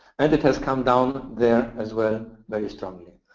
and it has come down there as well very strongly.